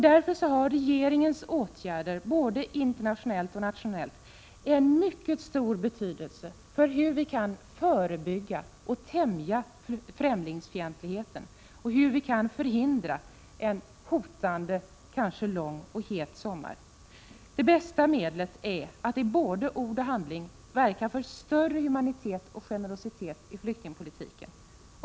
Därför har regeringens åtgärder både internationellt och nationellt en mycket stor betydelse för hur vi kan förebygga och tämja främlingsfientligheten och hur vi kan förhindra en hotande, kanske lång och het sommar. Det bästa medlet är att i både ord och handling verka för större humanitet och generositet i flyktingpolitiken.